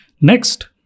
Next